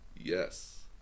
yes